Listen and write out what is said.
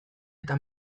eta